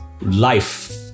life